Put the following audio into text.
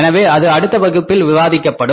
எனவே அது அடுத்த வகுப்பில் விவாதிக்கப்படும்